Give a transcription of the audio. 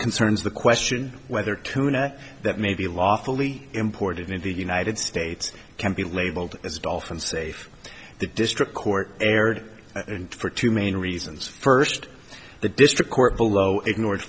concerns the question whether tuna that may be lawfully imported in the united states can be labeled as dolphin safe the district court erred for two main reasons first the district court below ignored